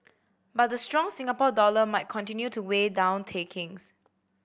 but the strong Singapore dollar might continue to weigh down takings